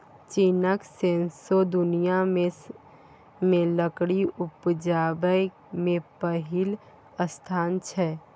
चीनक सौंसे दुनियाँ मे लकड़ी उपजाबै मे पहिल स्थान छै